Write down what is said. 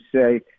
say